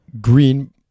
Green